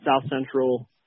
south-central